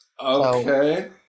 Okay